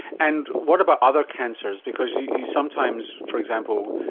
and what about other cancers? because you you sometimes, for example,